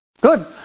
Good